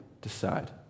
decide